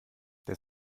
der